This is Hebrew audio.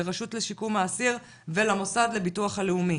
לרשות לשיקום האסיר ולמוסד לביטוח הלאומי,